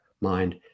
mind